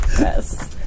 Yes